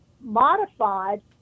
modified